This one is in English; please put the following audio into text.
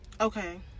okay